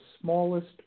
smallest